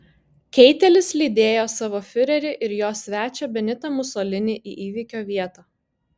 keitelis lydėjo savo fiurerį ir jo svečią benitą musolinį į įvykio vietą